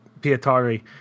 Pietari